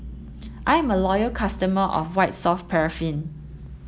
I'm a loyal customer of White soft paraffin